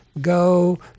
go